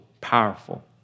powerful